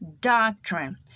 doctrine